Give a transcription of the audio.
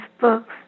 books